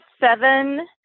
seven